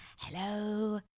Hello